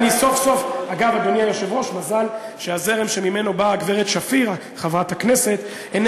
אני סוף-סוף, לא, לא היית מקבל את החלטת העצמאות.